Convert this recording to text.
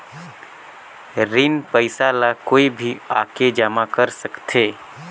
ऋण पईसा ला कोई भी आके जमा कर सकथे?